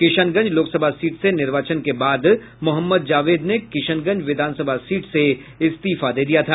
Kishanganj Lok Sabha seat से निर्वाचन के बाद मोहम्मद जावेद ने किशनगंज विधानसभा सीट से इस्तीफा दे दिया था